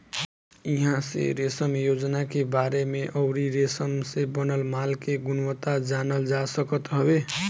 इहां से रेशम योजना के बारे में अउरी रेशम से बनल माल के गुणवत्ता जानल जा सकत हवे